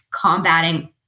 combating